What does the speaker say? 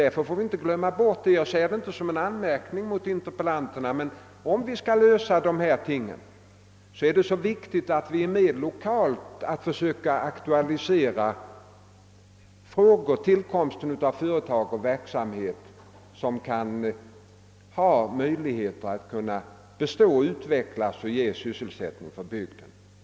Därför får vi inte glömma — jag säger det inte som en anmärkning mot interpellanterna — att det är mycket viktigt att man lokalt försöker aktualisera tillkomsten av företag och annan verksamhet som kan ha möjligheter att bestå, utvecklas och ge sysselsättning åt bygden.